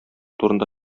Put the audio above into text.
турында